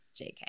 JK